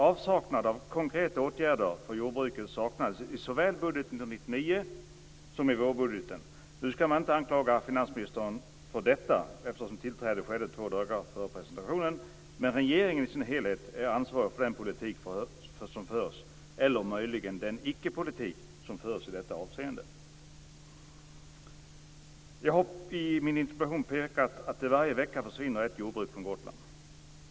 Avsaknad av konkreta åtgärder för jordbruket saknades i såväl budgeten för 1999 som i vårbudgeten. Nu skall jag inte anklaga finansministern för detta, eftersom tillträdet skedde två dagar före presentationen av vårbudgeten. Men regeringen i dess helhet är ansvarig för den politik som förs, eller möjligen för den icke-politik som förs i detta avseende. Jag har i min interpellation pekat på att det varje vecka försvinner ett jordbruk från Gotland.